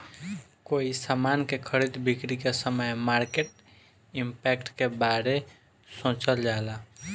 कोई समान के खरीद बिक्री के समय मार्केट इंपैक्ट के बारे सोचल जाला